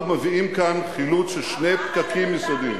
אנחנו מביאים כאן חילוץ של שני פקקים יסודיים,